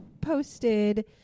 posted